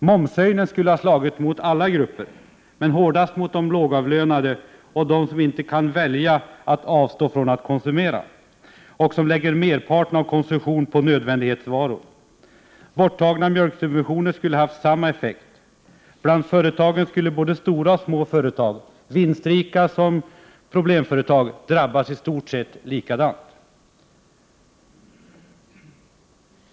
Momshöjningen skulle ha slagit mot alla grupper, men hårdast mot de lågavlönade — mot dem som inte kan välja att avstå från att konsumera och som lägger merparten av sin konsumtion på nödvändighetsvaror. Borttagna mjölksubventioner skulle ha haft samma effekt. Bland företagen skulle både stora och små, vinstrika företag och problemföretag, drabbas i stort sett likadant.